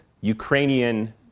Ukrainian